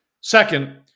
Second